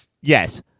yes